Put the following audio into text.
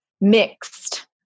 Mixed